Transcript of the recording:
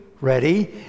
Ready